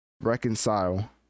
reconcile